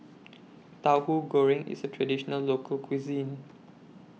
Tauhu Goreng IS A Traditional Local Cuisine